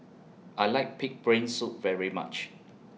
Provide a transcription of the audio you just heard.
I like Pig'S Brain Soup very much